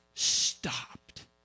Stopped